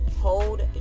hold